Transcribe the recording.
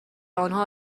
آنها